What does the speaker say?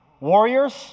Warriors